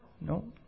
No